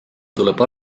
tuleb